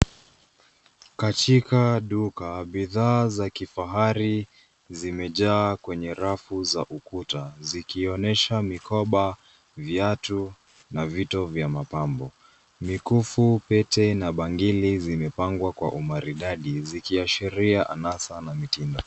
Katika duka, bidhaa za kifahari zimejaa kwenye rafu za ukuta, zikionyesha mikoba, viatu na vito vya mapambo. Mikufu, pete na bangili zimepangwa kwa umaridadi, zikiashiria anasa na mitindo.